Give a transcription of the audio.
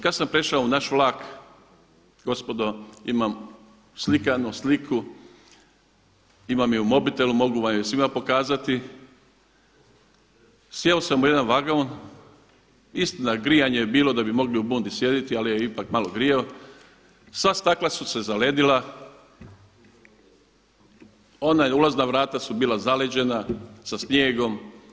Kada sam prešao u naš vlak, gospodo imam slikanu sliku imam je u mobitelu mogu vam je svima pokazati, sjeo sam u jedan vagon, istina grijanje je bilo da bi mogli u bundi sjediti ali je ipak malo grijao, sva stakla su se zaledila, ona ulazna vrata su bila zaleđena sa snijegom.